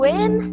Win